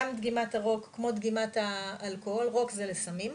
גם דגימת רוק, כמו דגימת האלכוהול, רוק זה לסמים.